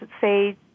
say